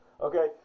okay